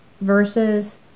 versus